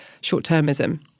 short-termism